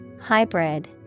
Hybrid